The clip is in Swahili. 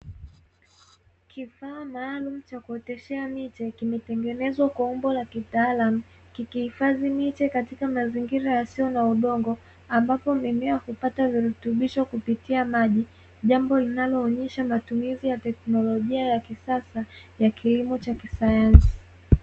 Kifaa maalumu cha kuoteshea miche, kimetengenezwa kwa umbo la kitaalamu, kikihifadhi miche katika mazingira yasiyo na udongo ambapo mimea hupata virutubisho kupitia maji, jambo linaloonyesha matumizi ya teknolojia ya kisasa ya kilimo cha kisayansi.